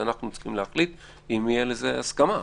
זה משהו שאנחנו צריכים להחליט, אם תהיה לזה הסכמה.